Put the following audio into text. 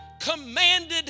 commanded